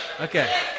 Okay